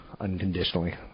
unconditionally